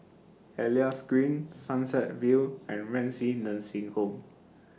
Elias Green Sunset View and Renci Nursing Home